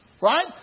Right